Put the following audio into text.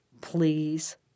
please